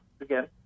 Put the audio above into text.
again